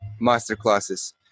masterclasses